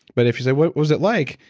but if you say, what was it like?